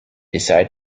decided